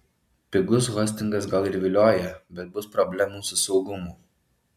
pigus hostingas gal ir vilioja bet bus problemų su saugumu